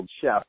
chef